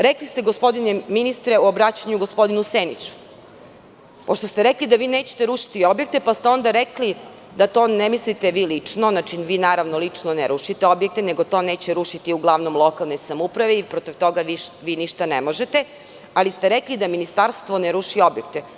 Rekli ste, gospodine ministre, o obraćanju gospodinu Seniću, pošto ste rekli da vi nećete rušiti objekte, pa ste onda rekli da to ne mislite vi lično, znači, vi naravno lično ne rušite objekte, nego to neće rušiti uglavnom lokalne samouprave i protiv toga vi ništa ne možete, ali ste rekli da ministarstvo ne ruši objekte.